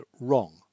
wrong